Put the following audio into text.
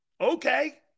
Okay